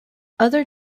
other